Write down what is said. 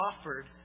offered